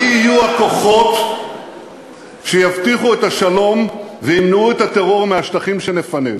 מי יהיו הכוחות שיבטיחו את השלום וימנעו את הטרור מהשטחים שנפנה?